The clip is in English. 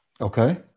okay